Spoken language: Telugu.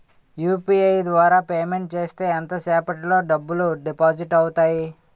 యు.పి.ఐ ద్వారా పేమెంట్ చేస్తే ఎంత సేపటిలో డబ్బులు డిపాజిట్ అవుతాయి?